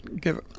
give